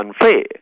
unfair